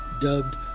dubbed